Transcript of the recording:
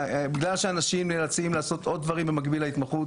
בגלל שאנשים נאלצים לעשות עוד דברים במקביל להתמחות,